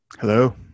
Hello